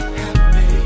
happy